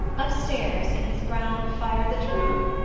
upstairs, in his brown firelit room,